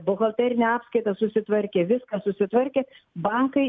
buhalterinę apskaitą susitvarkė viską susitvarkė bankai